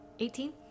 Eighteen